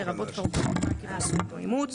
לרבות קרוב כאמור עקב נישואין או אימוץ,".